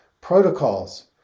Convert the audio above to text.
protocols